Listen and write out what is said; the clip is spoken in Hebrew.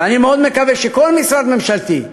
ואני מאוד מקווה שכל משרד ממשלתי,